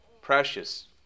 precious